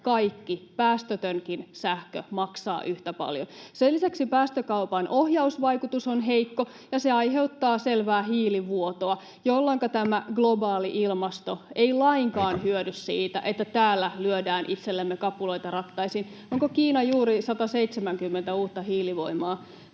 kaikki, päästötönkin sähkö, maksaa yhtä paljon. Sen lisäksi päästökaupan ohjausvaikutus on heikko, ja se aiheuttaa selvää hiilivuotoa, jolloinka tämä globaali ilmasto ei lainkaan hyödy [Puhemies: Aika!] siitä, että täällä lyödään itsellemme kapuloita rattaisiin. Onko Kiina juuri saamassa 170 uutta hiilivoimalaa